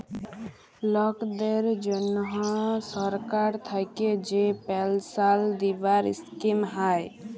লকদের জনহ সরকার থাক্যে যে পেলসাল দিবার স্কিম হ্যয়